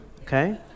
okay